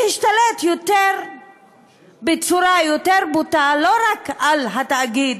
להשתלט בצורה יותר בוטה לא רק על התאגיד